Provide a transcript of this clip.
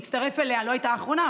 היא לא הייתה האחרונה,